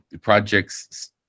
projects